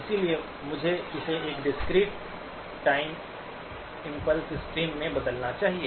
इसलिए मुझे इसे एक डिस्क्रीट-टाइम इम्पल्स स्ट्रीम में बदलना चाहिए